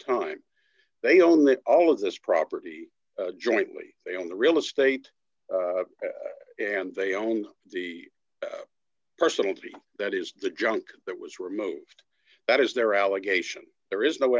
time they own that all of this property jointly they own the real estate and they own the personalty that is the junk that was removed that is their allegation there is no